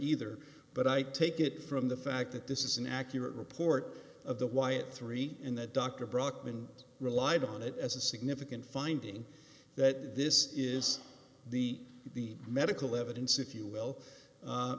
either but i take it from the fact that this is an accurate report of the wyatt three and the doctor brockman relied on it as a significant finding that this is the the medical evidence if you will